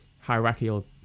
hierarchical